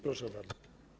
Proszę bardzo.